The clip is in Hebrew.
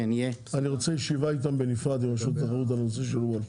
אני רוצה ישיבה איתם בנפרד עם רשות התחרות על הנושא של וולט,